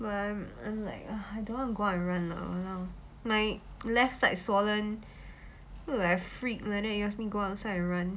wahl I'm like I don't want to go and run lah !walao! my left side swollen look like a freak like that you ask me go outside and run